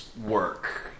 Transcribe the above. Work